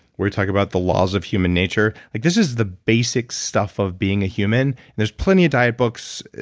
where we talk about the laws of human nature. like this is the basic stuff of being a human there's plenty of diet books,